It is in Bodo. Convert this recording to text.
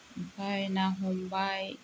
ओमफाय ना हमबाय